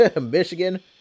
Michigan